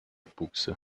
buchse